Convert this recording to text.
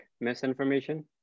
misinformation